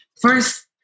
first